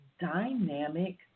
dynamic